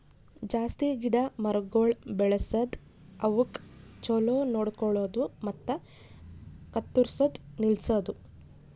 ಜಾಸ್ತಿ ಗಿಡ ಮರಗೊಳ್ ಬೆಳಸದ್, ಅವುಕ್ ಛಲೋ ನೋಡ್ಕೊಳದು ಮತ್ತ ಕತ್ತುರ್ಸದ್ ನಿಲ್ಸದು